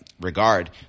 regard